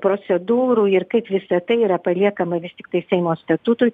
procedūrų ir kaip visa tai yra paliekama vis tiktai seimo statutui